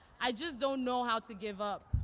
i just don't know how to give up.